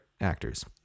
actors